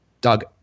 Doug